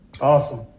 Awesome